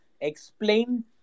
explain